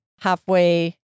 Halfway